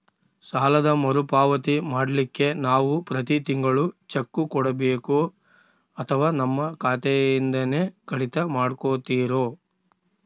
ಸಾಲದ ಮರುಪಾವತಿ ಮಾಡ್ಲಿಕ್ಕೆ ನಾವು ಪ್ರತಿ ತಿಂಗಳು ಚೆಕ್ಕು ಕೊಡಬೇಕೋ ಅಥವಾ ನಮ್ಮ ಖಾತೆಯಿಂದನೆ ಕಡಿತ ಮಾಡ್ಕೊತಿರೋ?